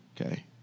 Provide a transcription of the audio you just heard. Okay